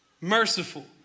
merciful